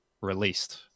released